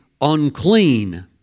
unclean